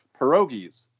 pierogies